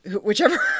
whichever